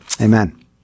amen